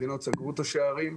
מדינות סגרו את השערים.